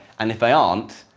and if they aren't,